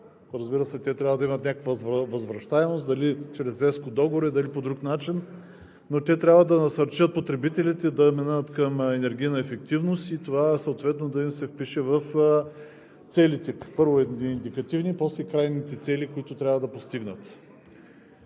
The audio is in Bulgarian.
Разбира се, те трябва да имат някаква възвращаемост дали чрез ЕСКО договори, дали по друг начин, но те трябва да насърчат потребителите да минават към енергийна ефективност и това съответно да им се впише в целите. Първо, индикативните, после крайните цели, които трябва да постигнат.